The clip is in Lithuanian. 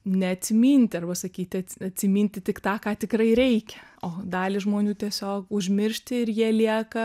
neatsiminti arba sakyti atsiminti tik tą ką tikrai reikia o dalį žmonių tiesiog užmiršti ir jie lieka